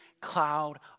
cloud